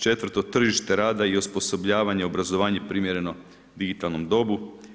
Četvrto tržište rada i osposobljavanje, obrazovanje primjereno digitalnom dobu.